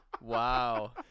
Wow